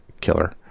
killer